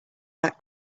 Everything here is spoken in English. that